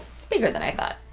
it's bigger than i thought.